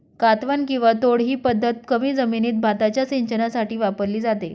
कातवन किंवा तोड ही पद्धत कमी जमिनीत भाताच्या सिंचनासाठी वापरली जाते